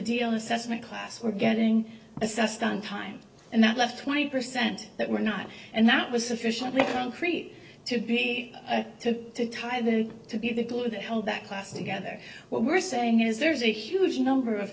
deal assessment class we're getting assessed on time and that left twenty percent that were not and that was sufficiently creek to be to tie them to be the glue that held that class together what we're saying is there's a huge number of